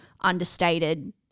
understated